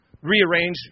rearrange